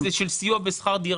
התקציבים האלה הם של סיוע בשכר דירה.